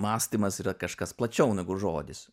mąstymas yra kažkas plačiau negu žodis